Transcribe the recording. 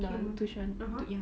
ya (uh huh)